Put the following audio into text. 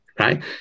Right